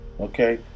okay